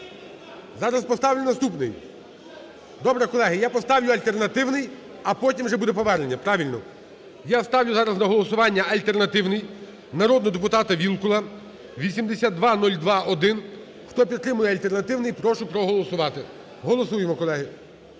зараз поставлю наступний. Добре, я поставлю альтернативний, а потім вже буде повернення, правильно. Я ставлю зараз на голосування альтернативний, народного депутата Вілкула, 8202-1. Хто підтримує альтернативний, прошу проголосувати. Голосуємо, колеги.